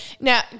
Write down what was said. now